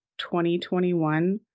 2021